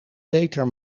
beter